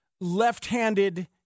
left-handed